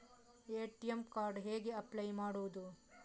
ATM card ಗೆ ಹೇಗೆ apply ಮಾಡುವುದು?